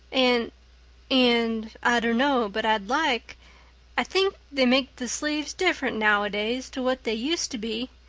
and and i dunno but i'd like i think they make the sleeves different nowadays to what they used to be.